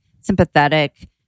sympathetic